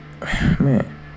man